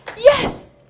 Yes